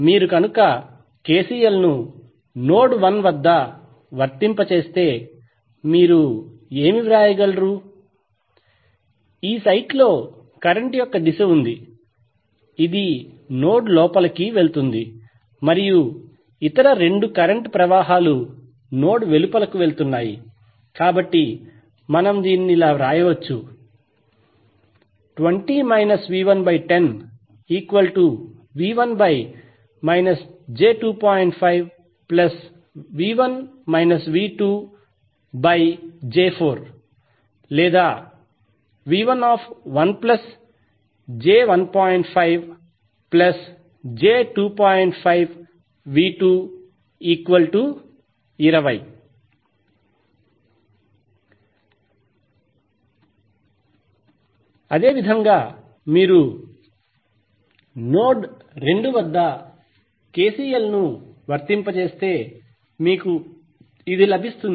మీరు కనుక KCL ను నోడ్ 1 వద్ద వర్తింపజేస్తే మీరు ఏమి వ్రాయగలరు ఈ సైట్ లో కరెంట్ యొక్క దిశ ఉంది ఇది నోడ్ లోపలికి వెళుతుంది మరియు ఇతర 2 కరెంట్ ప్రవాహాలు నోడ్ వెలుపలకు వెళుతున్నాయి కాబట్టి మనం వ్రాయవచ్చు or అదేవిధంగా మీరు నోడ్ 2 వద్ద కెసిఎల్ ను వర్తింపజేస్తే మీకు ఇది లభిస్తుంది